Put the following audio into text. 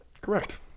Correct